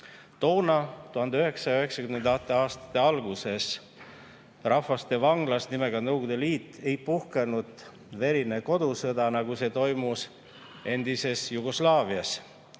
1990. aastate alguses rahvaste vanglas nimega Nõukogude Liit ei puhkenud verine kodusõda, nagu see toimus endises Jugoslaavias.